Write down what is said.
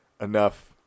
enough